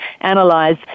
analyze